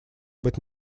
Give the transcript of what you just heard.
быть